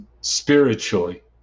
spiritually